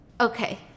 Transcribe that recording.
Okay